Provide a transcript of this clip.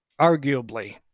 arguably